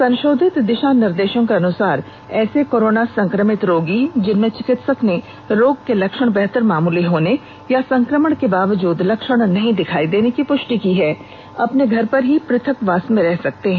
संशोधित दिशा निर्देशों के अनुसार ऐसे कोरोना संक्रमित रोगी जिनमें चिकित्सक ने रोग के लक्षण बेहद मामूली होने या संक्रमण के बावजूद लक्षण नहीं दिखाई देने की प्रष्टि की है अपने घर पर ही प्रथकवास में रह सकते हैं